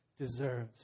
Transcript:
deserves